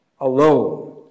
alone